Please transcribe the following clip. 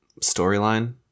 storyline